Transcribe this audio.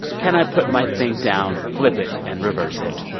can i put my thing down, flip it and reverse it?